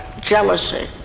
jealousy